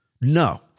No